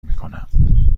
میکنم